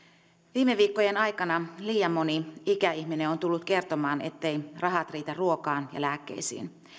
viime viikkojen aikana liian moni ikäihminen on on tullut kertomaan etteivät rahat riitä ruokaan ja lääkkeisiin